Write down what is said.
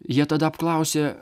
jie tada apklausė